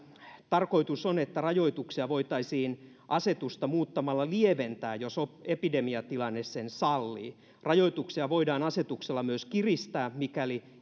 tarkoitus on että rajoituksia voitaisiin asetusta muuttamalla lieventää jos epidemiatilanne sen sallii rajoituksia voidaan asetuksella myös kiristää mikäli